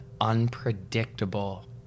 unpredictable